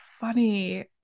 funny